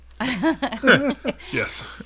Yes